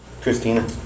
Christina